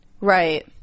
Right